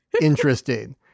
interesting